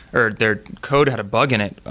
or their code had a bug in it,